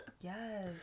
Yes